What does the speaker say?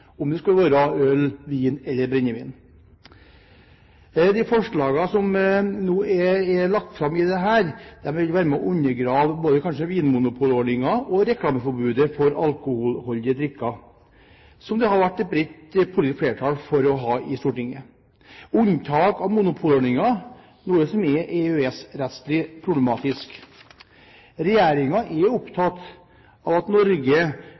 det er av øl, vin eller brennevin. De forslagene som nå er lagt fram, vil være med og undergrave kanskje både vinmonopolordningen og reklameforbudet for alkoholholdige drikker, som det har vært et bredt politisk flertall for i Stortinget – monopolordningen er imidlertid noe som er EØS-rettslig problematisk. Regjeringen er opptatt av at